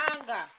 anger